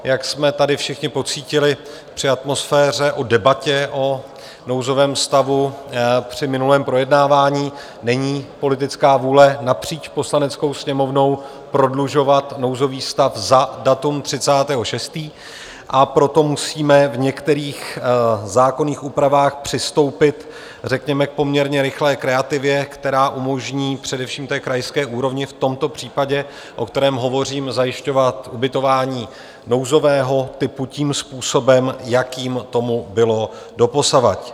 Jak jsme tady všichni pocítili při atmosféře, debatě o nouzovém stavu při minulém projednávání, není politická vůle napříč Poslaneckou sněmovnou prodlužovat nouzový stav za datum 30. 6., a proto musíme v některých zákonných úpravách přistoupit řekněme k poměrně rychlé kreativě, která umožní především krajské úrovni v tomto případě, o kterém hovořím, zajišťovat ubytování nouzového typu tím způsobem, jakým tomu bylo doposavad.